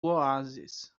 oásis